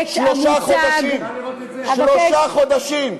שפגעה בכולנו.